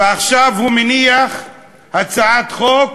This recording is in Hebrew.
ועכשיו הוא מניח הצעת חוק